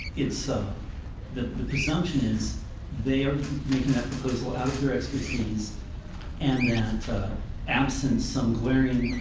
it's so the the presumption is they are making that proposal out of their expertise and that absence some glaring,